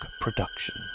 production